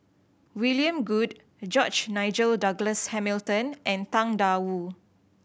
William Goode George Nigel Douglas Hamilton and Tang Da Wu